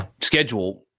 schedule